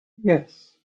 yes